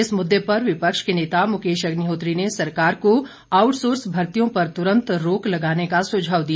इस मुद्दे पर विपक्ष के नेता मुकेश अग्निहोत्री ने सरकार को आउटसोर्स भर्तियों पर तुरंत रोक लगाने का सुझाव दिया